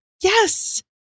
Yes